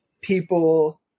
people